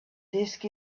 disk